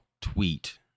tweet